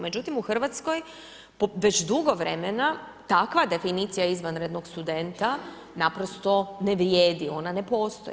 Međutim u Hrvatskoj već dugo vremena takva definicija izvanrednog studenta naprosto ne vrijedi, ona ne postoji.